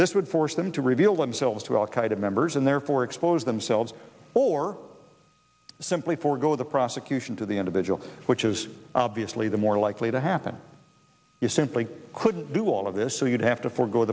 this would force them to reveal themselves to al qaeda members and therefore expose themselves or simply forego the prosecution to the individual which is obviously the more likely to happen is simply couldn't do all of this so you'd have to forgo